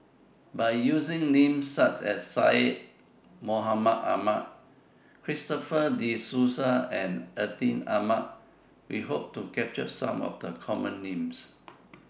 By using Names such as Syed Mohamed Ahmed Christopher De Souza and Atin Amat We Hope to capture Some of The Common Names